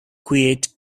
create